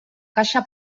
caixa